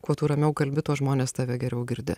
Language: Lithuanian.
kuo tu ramiau kalbi tuo žmonės tave geriau girdi